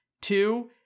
Two